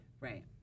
Right